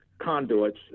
conduits